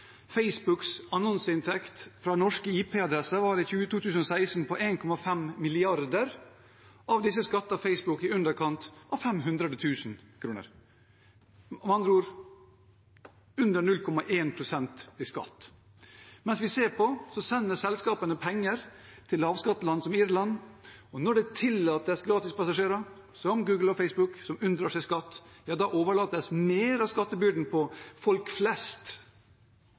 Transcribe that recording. Facebooks annonseinntekter fra norske IP-adresser var i 2016 på 1,5 mrd. kr. Av disse skattet Facebook i underkant av 500 000 kr – med andre ord under 0,1 pst. i skatt. Mens vi ser på, sender selskapene penger til lavskatteland som Irland, og når det tillates gratispassasjerer – som Google og Facebook, som unndrar seg skatt – overlates mer av skattebyrden til folk flest.